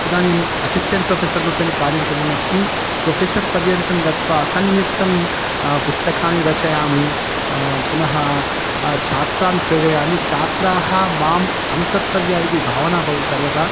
इदानीं assistant professor रूपेण कार्यं कुर्वन् अस्मि प्रोफ़ेसर् पर्यन्तं गत्वा तन्निमित्तं पुस्तकानि रचयामि पुनः छात्रान् प्रेरयामि छात्राः माम् अनुसर्तव्या इति भावना भवति सर्वदा